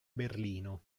berlino